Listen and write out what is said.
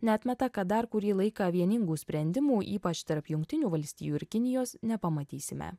neatmeta kad dar kurį laiką vieningų sprendimų ypač tarp jungtinių valstijų ir kinijos nepamatysime